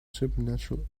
supernatural